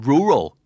Rural. (